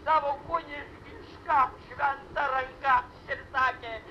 savo kunigiška šventa ranka ir sakė